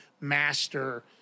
master